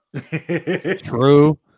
True